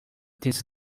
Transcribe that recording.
this